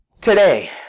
Today